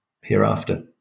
hereafter